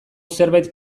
zerbait